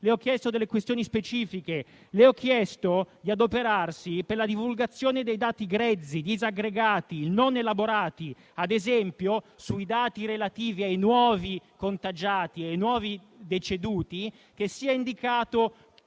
le ho chiesto delle questioni specifiche, ovvero di adoperarsi per la divulgazione dei dati grezzi, disaggregati, non elaborati e che, ad esempio, sui dati relativi ai nuovi contagiati e ai nuovi deceduti sia indicato